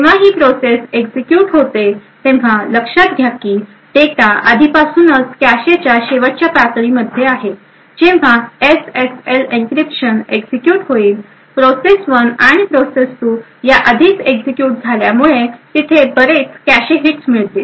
जेव्हा ही process execute होते तेव्हा लक्षात घ्या की डेटा आधीपासूनच कॅशेच्या शेवटच्या पातळी मध्ये आहे जेव्हा एसएसएल एन्क्रिप्शन एक्झिक्युट होईल प्रोसेस 1 आणि प्रोसेस 2 याआधीच एक्झिक्युट झाल्यामुळे तिथे बरीच कॅश हिटस् मिळतील